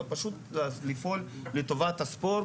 פשוט לפעול לטובת הספורט.